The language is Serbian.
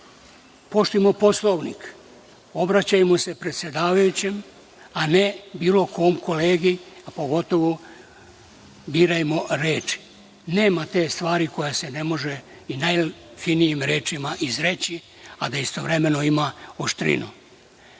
poštujmo Poslovnik, obraćajmo se predsedavajućem, a ne bilo kom kolegi, pogotovo birajmo reči. Nema te stvari koja se ne može i najfinijim rečima izreći, a da istovremeno ima